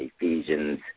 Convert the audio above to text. Ephesians